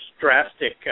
drastic